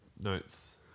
Notes